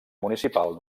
municipal